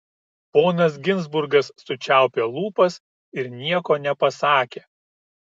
ponas ginzburgas sučiaupė lūpas ir nieko nepasakė